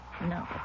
No